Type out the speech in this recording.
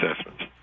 assessments